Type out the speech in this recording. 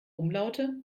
umlaute